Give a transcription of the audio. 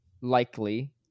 likely